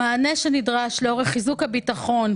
המענה שנדרש לחיזוק הביטחון,